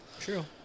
True